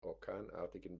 orkanartigen